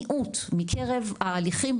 מיעוט בקרב ההליכים,